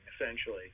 essentially